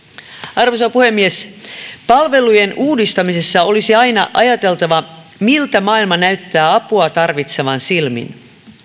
arvoisa puhemies palvelujen uudistamisessa olisi aina ajateltava miltä maailma näyttää apua tarvitsevan silmin